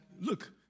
look